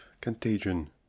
Contagion